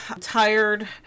tired